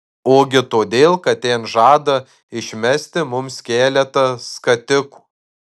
ogi todėl kad ten žada išmesti mums keletą skatikų